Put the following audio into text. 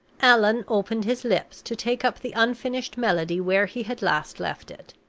allan opened his lips to take up the unfinished melody where he had last left it.